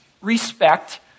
respect